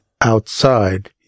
outside